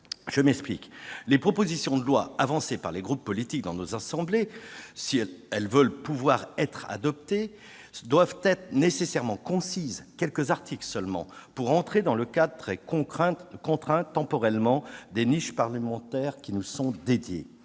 Je m'explique : les propositions de loi déposées par les groupes politiques dans nos assemblées, si elles veulent pouvoir être adoptées, doivent être nécessairement concises et ne comporter que quelques articles, pour entrer dans le cadre temporellement très contraint des niches parlementaires qui nous sont dédiées.